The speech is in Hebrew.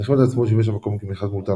במלחמת העצמאות שימש המקום כמנחת מאולתר